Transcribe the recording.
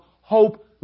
hope